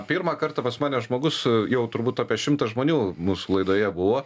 pirmą kartą pas mane žmogus jau turbūt apie šimtą žmonių mūsų laidoje buvo